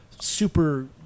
super